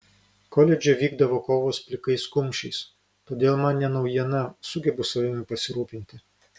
koledže vykdavo kovos plikais kumščiais todėl man ne naujiena sugebu savimi pasirūpinti